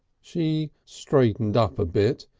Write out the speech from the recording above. she straightened up a bit,